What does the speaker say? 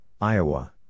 Iowa